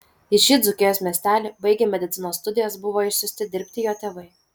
į šį dzūkijos miestelį baigę medicinos studijas buvo išsiųsti dirbti jo tėvai